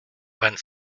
vingt